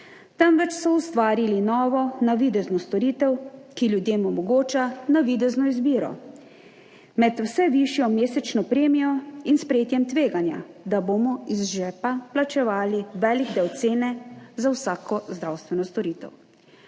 temveč so ustvarili novo navidezno storitev, ki ljudem omogoča navidezno izbiro med vse višjo mesečno premijo in sprejetjem tveganja, da bomo iz žepa plačevali velik del cene za vsako zdravstveno storitev.